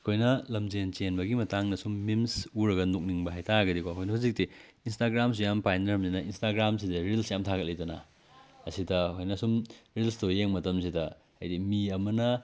ꯑꯩꯈꯣꯏꯅ ꯂꯝꯖꯦꯜ ꯆꯦꯟꯕꯒꯤ ꯃꯇꯥꯡꯗ ꯁꯨꯝ ꯃꯤꯝꯁ ꯎꯔꯒ ꯅꯣꯛꯅꯤꯡꯕ ꯍꯥꯏ ꯇꯥꯔꯒꯗꯤꯀꯣ ꯑꯩꯈꯣꯏꯅ ꯍꯨꯖꯤꯛꯇꯤ ꯏꯟꯁꯇꯒ꯭ꯔꯥꯝꯁꯨ ꯌꯥꯝ ꯄꯥꯏꯅꯔꯝꯅꯤꯅ ꯏꯟꯁꯇꯒ꯭ꯔꯥꯝꯁꯤꯗ ꯔꯤꯜꯁ ꯌꯥꯝ ꯊꯥꯒꯠꯂꯤꯗꯅ ꯑꯁꯤꯗ ꯑꯩꯈꯣꯏꯅ ꯁꯨꯝ ꯔꯤꯜꯁꯇꯣ ꯌꯦꯡ ꯃꯇꯝꯁꯤꯗ ꯍꯥꯏꯗꯤ ꯃꯤ ꯑꯃꯅ